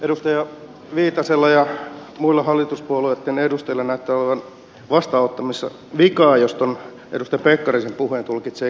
edustaja viitasella ja muilla hallituspuolueitten edustajilla näyttää olevan vastaanottimessa vikaa jos tuon edustaja pekkarisen puheen tulkitsee kehuksi